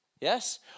Yes